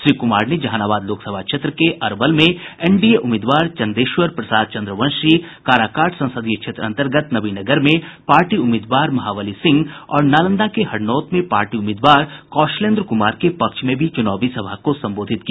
श्री कुमार ने जहानाबाद लोकसभा क्षेत्र के अरवल में एनडीए उम्मीदवार चन्देश्वर प्रसाद चंद्रवशी काराकाट संसदीय क्षेत्र अन्तर्गत नवीनगर में पार्टी उम्मीदवार महाबली सिंह और नालंदा के हरनौत में पार्टी उम्मीदवार कौशलेन्द्र कुमार के पक्ष में भी चुनावी सभा को संबोधित किया